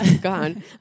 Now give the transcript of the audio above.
gone